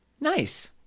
Nice